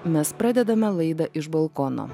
mes pradedame laidą iš balkono